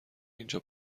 اینجا